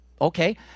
okay